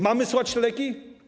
Mamy słać leki?